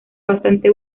bastante